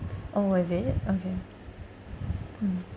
orh is it okay mm